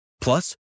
Plus